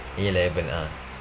A level ah